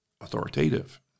authoritative